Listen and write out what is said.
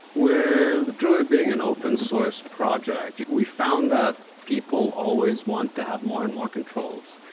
with druid being an open source project, we found that people always want to have more and more controls.